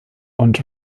und